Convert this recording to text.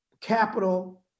capital